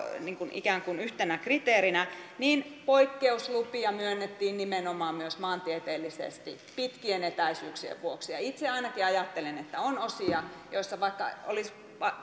ikään kuin yhtenä kriteerinä niin poikkeuslupia myönnettiin nimenomaan myös maantieteellisesti pitkien etäisyyksien vuoksi itse ainakin ajattelen että on osia joissa vaikka olisi